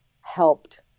helped